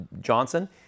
Johnson